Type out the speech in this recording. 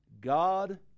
God